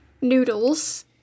noodles